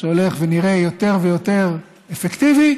שהולך ונראה יותר ויותר אפקטיבי.